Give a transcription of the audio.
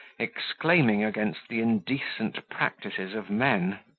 exclaiming against the indecent practices of men.